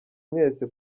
mwese